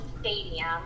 Stadium